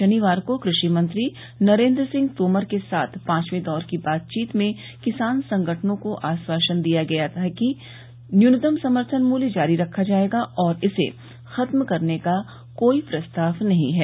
शनिवार को कृषि मंत्री नरेंद्र सिंह तोमर के साथ पांचवे दौर की बातचीत में किसान संगठनों को आश्वासन दिया गया कि न्यूनतम समर्थन मूल्य जारी रखा जाएगा और इसे खत्म करने का कोई प्रस्ताव नहीं है